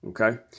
Okay